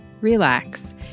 relax